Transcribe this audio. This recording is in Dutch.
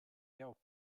jouw